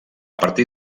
partir